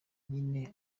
nyine